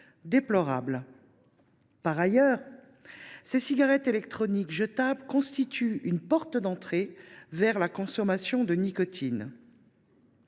déplorables. Par ailleurs, ces cigarettes jetables sont une porte d’entrée vers la consommation de nicotine.